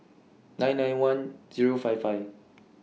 nine nine one Zero five five